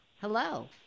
Hello